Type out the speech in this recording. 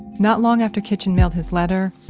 not long after kitchen mailed his letter,